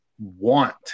want